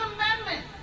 Amendment